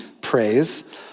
praise